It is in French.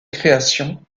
création